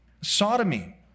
Sodomy